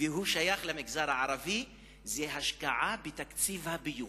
והוא שייך למגזר הערבי זה השקעה בתקציב הביוב.